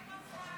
בבקשה,